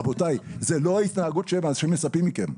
רבותיי, זה לא התנהגות שמצפים מכם.